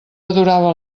adorava